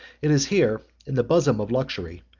it is here, in the bosom of luxury,